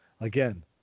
Again